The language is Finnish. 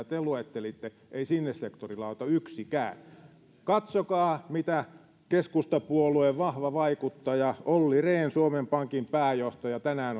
te luettelitte ei sinne sektorille auta yksikään katsokaa mitä keskustapuolueen vahva vaikuttaja olli rehn suomen pankin pääjohtaja tänään